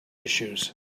issues